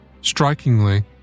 Strikingly